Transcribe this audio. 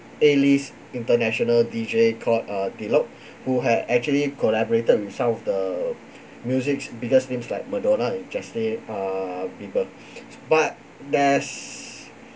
A list international D_J called uh diplo who had actually collaborated with some of the music's biggest names like madonna and justin uh bieber but there's